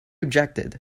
objected